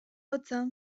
hotza